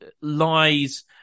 Lies